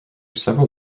several